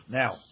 now